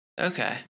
Okay